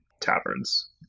taverns